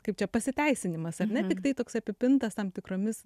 kaip čia pasiteisinimas ar ne tiktai toks apipintas tam tikromis